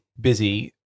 busy